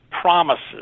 promises